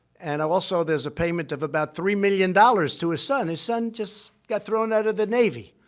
and also there's a payment of about three million dollars to his son. his son just got thrown out of the navy.